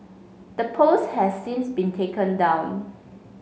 the post has since been taken down